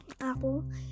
Apple